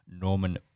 Norman